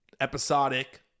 episodic